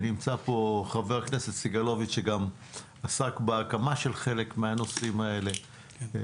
נמצא פה חבר הכנסת סגלוביץ' שגם עסק בהקמה של חלק מהנושאים האלה.